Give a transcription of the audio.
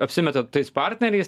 apsimeta tais partneriais